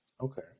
okay